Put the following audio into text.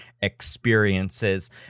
experiences